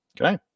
okay